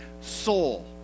soul